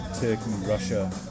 Turkey-Russia